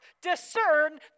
discern